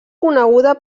coneguda